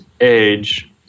age